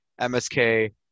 MSK